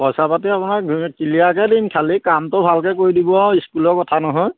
পইচা পাতি আপোনাক কিলিয়াকে দিম খালি কামটো ভালকে কৰি দিব আও স্কুলৰ কথা নহয়